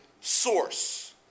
source